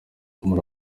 muri